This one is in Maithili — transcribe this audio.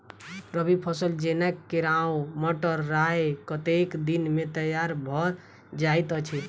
रबी फसल जेना केराव, मटर, राय कतेक दिन मे तैयार भँ जाइत अछि?